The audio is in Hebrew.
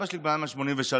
אבא שלי היום כבר בן 83,